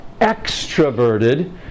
extroverted